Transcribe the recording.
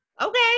okay